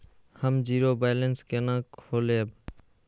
हम zero balance केना खोलैब?